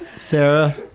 Sarah